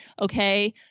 Okay